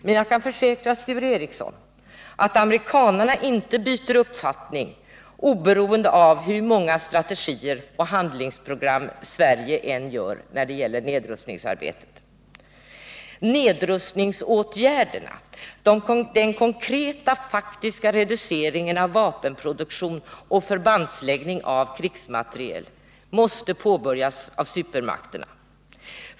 Men jag kan försäkra Sture Ericson att amerikanarna inte byter uppfattning när det gäller nedrustningsarbetet, hur många strategier och handlingsprogram Sverige än gör upp. Nedrustningsåtgärderna — den faktiska reduceringen av vapenproduktion och förbandsläggning av krigsmateriel — måste påbörjas av supermakterna.